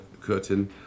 Curtain